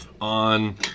on